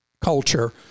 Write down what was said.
culture